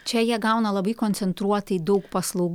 čia jie gauna labai koncentruotai daug paslau